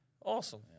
Awesome